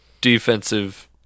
defensive